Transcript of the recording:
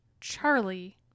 Charlie